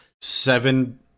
seven